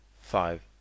five